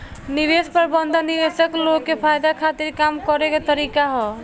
निवेश प्रबंधन निवेशक लोग के फायदा खातिर काम करे के तरीका ह